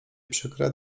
przykre